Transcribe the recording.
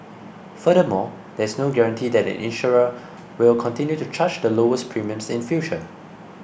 furthermore there is no guarantee that an insurer will continue to charge the lowest premiums in future